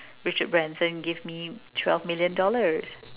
Richard Branson give me twelve million dollars